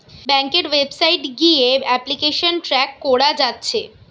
ব্যাংকের ওয়েবসাইট গিয়ে application track কোরা যাচ্ছে